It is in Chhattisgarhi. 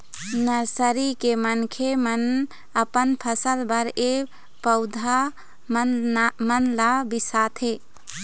नरसरी के मनखे मन अपन फसल बर ए पउधा मन ल बिसाथे